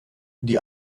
die